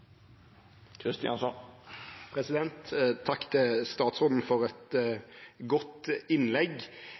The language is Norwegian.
Takk til statsråden for et godt innlegg.